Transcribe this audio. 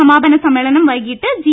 സമാപനസമ്മേളനം വൈകിട്ട് ജി